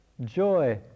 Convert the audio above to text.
joy